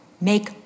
Make